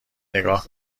نگاه